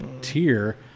tier